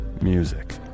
music